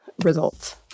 results